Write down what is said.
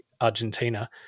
Argentina